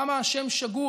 כמה השם שגור,